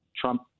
Trump